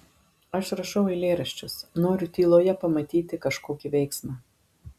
aš rašau eilėraščius noriu tyloje pamatyti kažkokį veiksmą